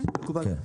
מקובל.